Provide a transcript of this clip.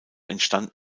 entstand